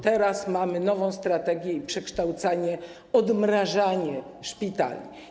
Teraz mamy nową strategię i przekształcenia, odmrażanie szpitali.